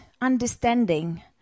understanding